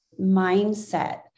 mindset